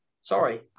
Sorry